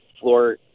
floor